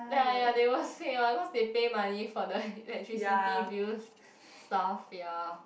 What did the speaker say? ya ya they will say one cause they pay money for the electricity bills stuff ya